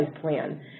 plan